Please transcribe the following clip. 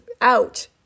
out